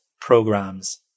programs